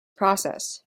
process